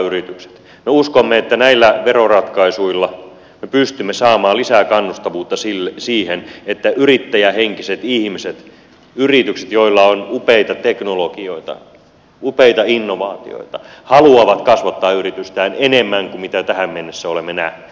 me uskomme että näillä veroratkaisuilla me pystymme saamaan lisää kannustavuutta siihen että yrittäjähenkiset ihmiset yritykset joilla on upeita teknologioita upeita innovaatioita haluavat kasvattaa yritystään enemmän kuin mitä tähän mennessä olemme nähneet